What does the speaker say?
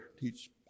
teach